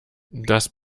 das